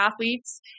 athletes